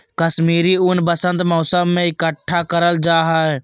कश्मीरी ऊन वसंत मौसम में इकट्ठा करल जा हय